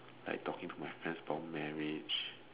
like talking to my friends about marriage